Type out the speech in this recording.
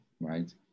right